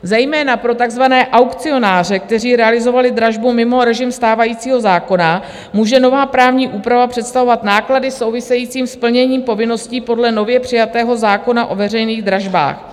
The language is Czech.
Zejména pro takzvané aukcionáře, kteří realizovali dražbu mimo režim stávajícího zákona, může nová právní úprava představovat náklady související s plněním povinností podle nově přijatého zákona o veřejných dražbách.